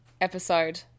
episode